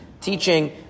teaching